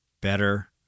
better